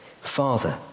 Father